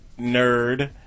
nerd